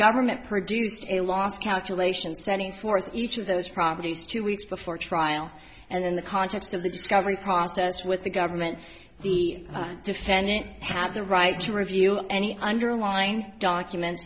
government produced a loss calculations setting forth each of those properties two weeks before trial and in the context of the discovery process with the government the defendant had the right to review any underlying documents